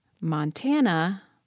Montana